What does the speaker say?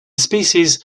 species